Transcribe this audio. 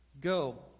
go